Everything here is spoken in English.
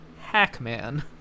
Hackman